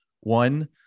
one